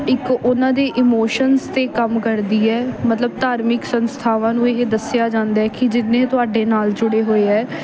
ਇੱਕ ਉਹਨਾਂ ਦੇ ਇਮੋਸ਼ਨਸ 'ਤੇ ਕੰਮ ਕਰਦੀ ਹੈ ਮਤਲਬ ਧਾਰਮਿਕ ਸੰਸਥਾਵਾਂ ਨੂੰ ਇਹ ਦੱਸਿਆ ਜਾਂਦਾ ਕਿ ਜਿੰਨੇ ਤੁਹਾਡੇ ਨਾਲ ਜੁੜੇ ਹੋਏ ਹੈ